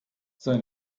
sei